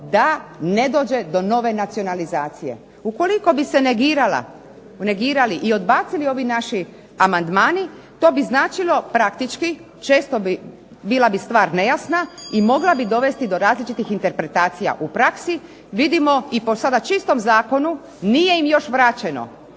da ne dođe do nove nacionalizacije. Ukoliko bi se negirali i odbacili ovi naši amandmani to bi značilo praktički, bila bi stvar nejasna i mogla bi dovesti do različitih interpretacija u praksi. Vidimo i po sada čistom zakonu nije im još vraćeno,